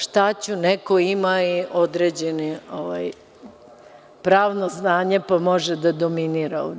Šta ću neko ima određeno pravno znanje, pa može da dominira ovde.